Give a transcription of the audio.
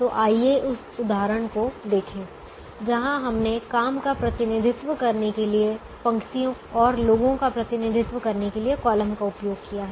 तो आइए इस उदाहरण को देखें जहां हमने काम का प्रतिनिधित्व करने के लिए पंक्तियों का उपयोग किया है और लोगों का प्रतिनिधित्व करने के लिए कॉलम का उपयोग किया है